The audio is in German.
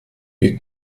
wir